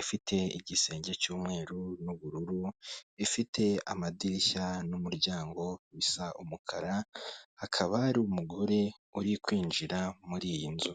ifite igisenge cy'umweru n'ubururu, ifite amadirishya n'umuryango bisa umukara, hakaba hari umugore uri kwinjira muri iyi nzu.